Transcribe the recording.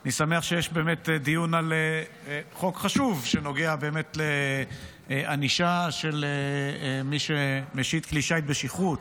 אני שמח שיש דיון על חוק חשוב שנוגע לענישה של מי שמשיט כלי שיט בשכרות.